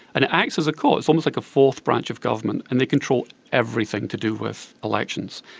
and it acts as a court, it's almost like a fourth branch of government, and they control everything to do with elections,